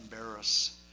embarrass